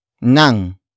NANG